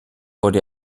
wurde